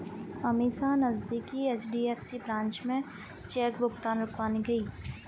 अमीषा नजदीकी HDFC branch में cheque भुगतान रुकवाने गई